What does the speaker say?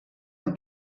han